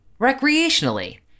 Recreationally